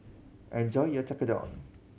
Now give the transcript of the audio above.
enjoy your Tekkadon